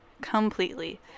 Completely